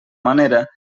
manera